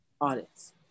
audits